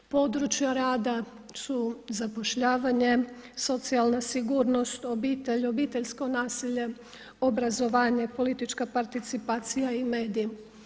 Područja rada su zapošljavanje, socijalna sigurnost, obitelj, obiteljsko nasilje, obrazovanje, politička participacija i mediji.